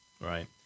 Right